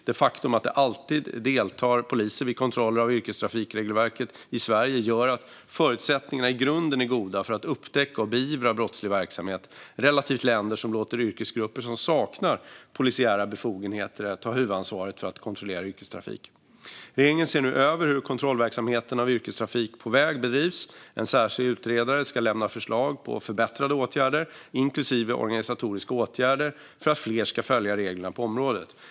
Det faktum att det alltid deltar poliser vid kontroller av yrkestrafikregelverket i Sverige gör att förutsättningarna i grunden är goda för att upptäcka och beivra brottslig verksamhet relativt länder som låter yrkesgrupper som saknar polisiära befogenheter ta huvudansvaret för att kontrollera yrkestrafiken. Regeringen ser nu över hur kontrollverksamheten av yrkestrafik på väg bedrivs. En särskild utredare ska lämna förslag på förbättrande åtgärder, inklusive organisatoriska åtgärder, för att fler ska följa reglerna på området.